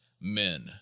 men